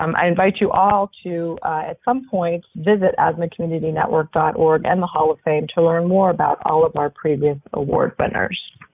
um i invite you all to at some point visit asthmacommunitynetwork dot org and hall of fame to learn more about all of our previous award winners.